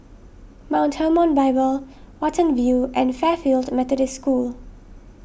Mount Hermon Bible Watten View and Fairfield Methodist School